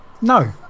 no